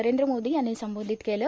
नरेंद्र मोदी यांनी संबोधित केलं